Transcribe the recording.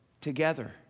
together